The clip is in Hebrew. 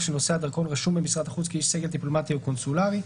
שנושא הדרכון רשום במשרד החוץ כאיש סגל דיפלומטי או קונסולרי,